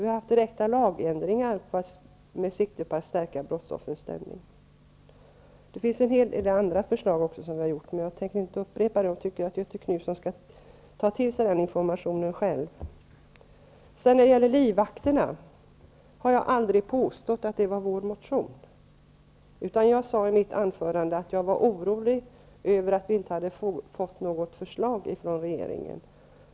Det har gällt direkta lagändringar med siktet inställt på att stärka just brottsoffrens ställning. En hel del andra förslag har vi också kommit med. Jag tänker dock inte ta upp dem här. Göthe Knutson får själv ta till sig den informationen. När det gäller livvakterna vill jag framhålla att jag aldrig har påstått att det handlade om en motion från oss. I stället sade jag i mitt anförande att jag var orolig över att vi inte fått något förslag från regeringen.